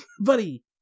buddy